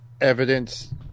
evidence